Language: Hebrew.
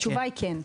התשובה היא כן.